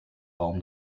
baum